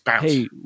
hey